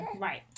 right